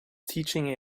teaching